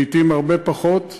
לעתים הרבה פחות מאירופה,